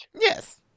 Yes